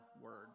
word